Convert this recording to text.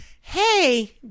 hey